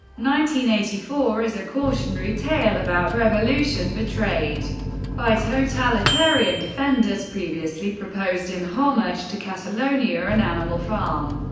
nineteen eighty-four is a cautionary tale about revolution betrayed by totalitarian defenders previously proposed in homage to catalonia and animal farm,